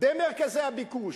במרכזי הביקוש,